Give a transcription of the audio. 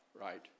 right